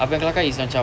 apa yang kelakar is macam